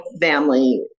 family